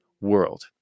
world